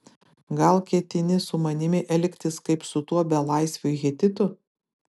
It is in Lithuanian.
gal ketini su manimi elgtis kaip su tuo belaisviu hetitu